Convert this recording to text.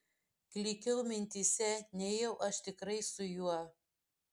klykiau mintyse nejau aš tikrai su juo